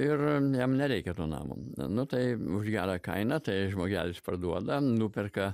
ir jam nereikia to namo nutarė už gerą kainą tai žmogelis parduoda nuperka